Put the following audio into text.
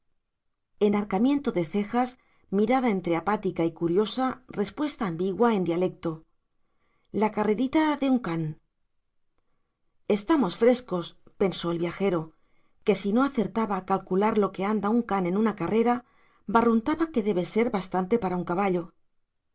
mucho enarcamiento de cejas mirada entre apática y curiosa respuesta ambigua en dialecto la carrerita de un can estamos frescos pensó el viajero que si no acertaba a calcular lo que anda un can en una carrera barruntaba que debe ser bastante para un caballo en